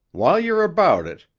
while you're about it,